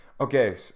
Okay